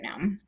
now